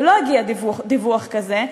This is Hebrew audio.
ולא הגיע דיווח כזה.